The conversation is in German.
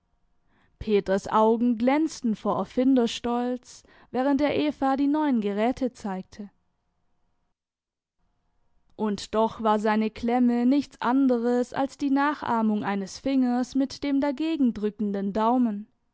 peters augen glänzten vor erfinderstolz während er eva die neuen geräte zeigte und doch war seine klemme nichts anderes als die nachahmung eines fingers mit dem dagegendrückenden daumen